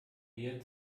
wir